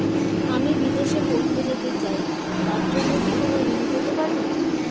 আমি বিদেশে পড়তে যেতে চাই তার জন্য কি কোন ঋণ পেতে পারি?